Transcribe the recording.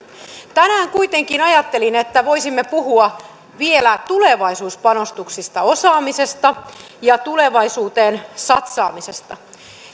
kuitenkin ajattelin että tänään voisimme puhua vielä tulevaisuuspanostuksista osaamisesta ja tulevaisuuteen satsaamisesta